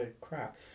crap